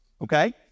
Okay